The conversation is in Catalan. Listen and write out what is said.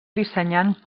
dissenyant